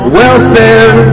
welfare